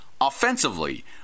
offensively